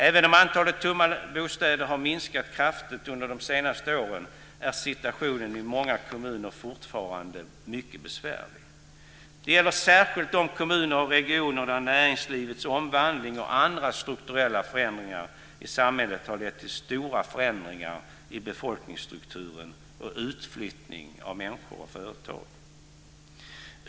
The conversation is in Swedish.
Även om antalet tomma bostäder har minskat kraftigt under de senaste åren är situationen i många kommuner fortfarande mycket besvärlig. Det gäller särskilt de kommuner och regioner där näringslivets omvandling och andra strukturella förändringar i samhället har lett till stora förändringar i befolkningsstrukturen och till utflyttning av människor och företag.